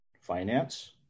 finance